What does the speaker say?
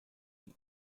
hill